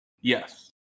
Yes